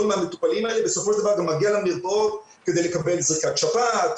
מהמטופלים האלה בסופו של דבר גם מגיע למרפאות כדי לקבל זריקת שפעת,